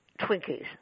Twinkies